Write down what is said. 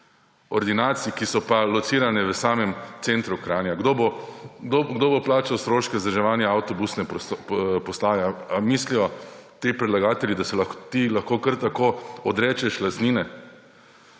ordinacij, ki so pa locirane v samem centru Kranja. Kdo bo plačal stroške vzdrževanja avtobusne postaje? Ali mislijo ti predlagatelji, da se lahko ti kar tako odrečeš lastnini?